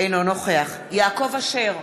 אינו נוכח יעקב אשר,